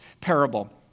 parable